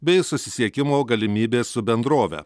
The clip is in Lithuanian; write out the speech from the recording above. bei susisiekimo galimybės su bendrove